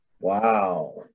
Wow